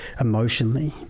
emotionally